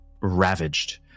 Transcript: ravaged